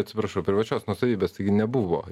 atsiprašau privačios nuosavybės taigi nebuvo